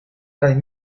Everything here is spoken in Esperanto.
kaj